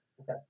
Okay